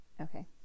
Okay